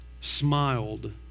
smiled